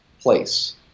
place